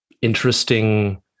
interesting